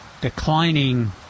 declining